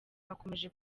akomeje